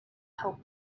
help